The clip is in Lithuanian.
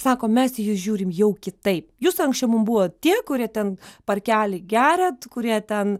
sako mes į jus žiūrim jau kitaip jūs anksčiau mum buvot tie kurie ten parkely geriat kurie ten